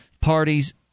parties